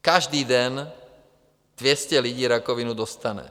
Každý den 200 lidí rakovinu dostane.